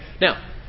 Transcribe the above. now